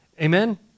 Amen